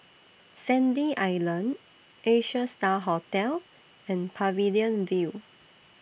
Sandy Island Asia STAR Hotel and Pavilion View